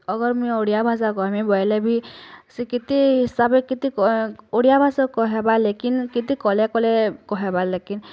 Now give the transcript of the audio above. auger ମୁଇଁ ଓଡ଼ିଆଭାଷା କହିମି ବଇଲେ ବି ସେ କେତେ ହିସାବେ କେତେ ଓଡ଼ିଆଭାଷା କହେବା ଲେକିନ୍ କେତେ କଲେ କଲେ କହେବା ଲେକିନ୍